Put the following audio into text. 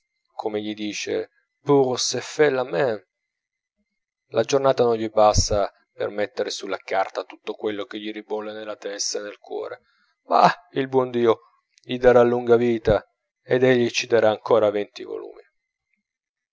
pour se faire la main la giornata non gli basta per mettere sulla carta tutto quello che gli ribolle nella testa e nel cuore ma il buon dio gli darà lunga vita ed egli ci darà ancora venti volumi